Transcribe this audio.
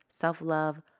self-love